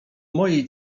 mojej